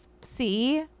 see